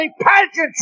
pageantry